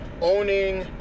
owning